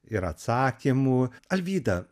ir atsakymų alvyda